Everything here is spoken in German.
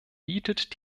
bietet